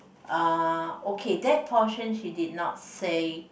uh okay that portion she did not say